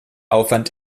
aufwand